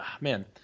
man